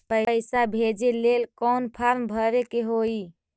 पैसा भेजे लेल कौन फार्म भरे के होई?